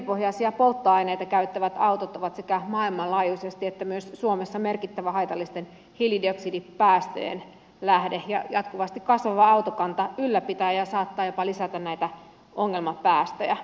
öljypohjaisia polttoaineita käyttävät autot ovat sekä maailmanlaajuisesti että myös suomessa merkittävä haitallisten hiilidioksidipäästöjen lähde ja jatkuvasti kasvava autokanta ylläpitää ja saattaa jopa lisätä näitä ongelmapäästöjä